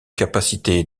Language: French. capacité